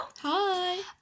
Hi